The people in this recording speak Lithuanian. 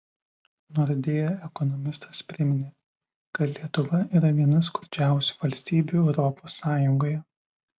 nordea ekonomistas priminė kad lietuva yra viena skurdžiausių valstybių europos sąjungoje